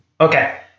Okay